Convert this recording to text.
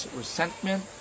resentment